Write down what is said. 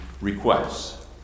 requests